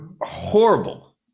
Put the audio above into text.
horrible